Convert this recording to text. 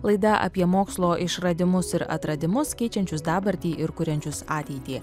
laida apie mokslo išradimus ir atradimus keičiančius dabartį ir kuriančius ateitį